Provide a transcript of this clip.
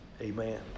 amen